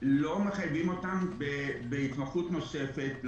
לא מחייבים אותם בהתמחות נוספת,